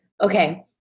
Okay